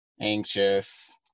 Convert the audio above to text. anxious